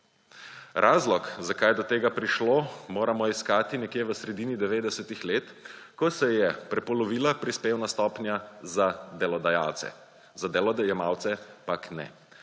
Razlog, zakaj je do tega prišlo, moramo iskati nekje v sredini 90 let, ko se je prepolovila prispevna stopnja za delodajalce. Za delojemalce pak ne.